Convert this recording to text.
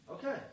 Okay